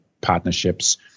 partnerships